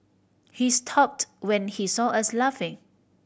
he stopped when he saw us laughing